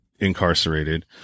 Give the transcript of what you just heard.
incarcerated